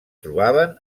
trobaven